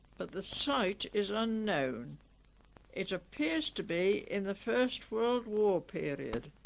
but the site is unknown it appears to be in the first world war period